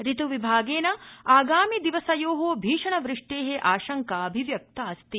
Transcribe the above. ऋतु विभागेन आगामि दिवसयो भीषण वृष्टे आशंका अभिव्यक्तास्ति